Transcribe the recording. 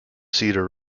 cedar